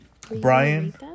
Brian